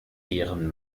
deren